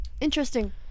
Interesting